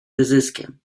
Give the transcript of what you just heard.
wyzyskiem